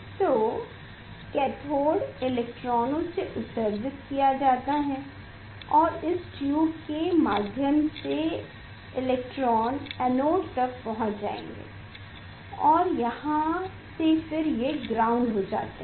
तो कैथोड इलेक्ट्रॉनों से उत्सर्जित किया जाता है और इस ट्यूब के माध्यम से इलेक्ट्रॉन एनोड तक पहुंच जाएगा और यहाँ से फिर ये ग्राउंड हो जाते हैं